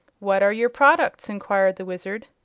what are your products? enquired the wizard.